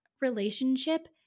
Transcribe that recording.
relationship